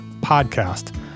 podcast